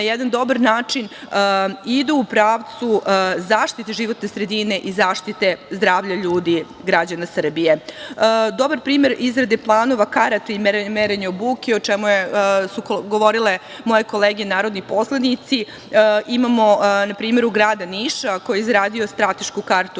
jedan dobar način idu u pravcu zaštite životne sredine i zaštite zdravlja ljudi građana Srbije. Dobar primer izrade planova karata i merenje buke, o čemu su govorile moje kolege narodni poslanici, imamo na primeru grada Niša, koji je izradio stratešku kartu